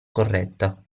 corretta